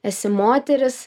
esi moteris